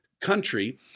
country